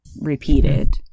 repeated